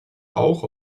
auch